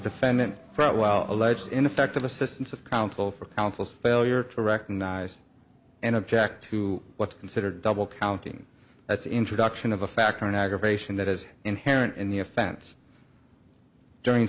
defendant for a while alleged ineffective assistance of counsel for counsel's failure to recognize and object to what's considered double counting that's introduction of a factor in aggravation that is inherent in the offense during